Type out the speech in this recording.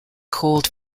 cold